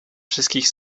wszystkich